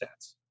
stats